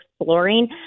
exploring